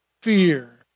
fear